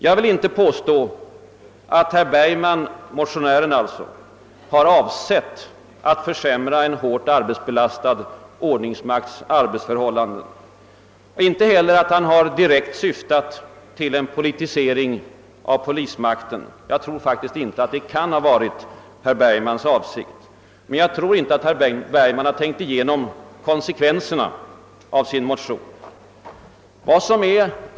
Jag vill inte påstå att motionären herr Bergman har avsett att försämra en hårt arbetsbelastad ordningsmakts arbetsförhållanden, inte heller att han direkt har syftat till en politisering av polismakten — jag tror faktiskt inte att det kan ha varit herr Bergmans avsikt. Men jag tror inte att herr Bergman tänkt igenom konsekvenserna av sin motion.